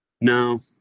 No